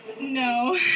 No